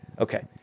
Okay